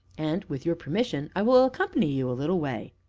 and, with your permission, i will accompany you a little way.